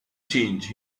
change